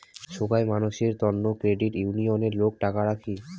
সোগাই মানসির তন্ন ক্রেডিট উনিয়ণে লোক টাকা রাখি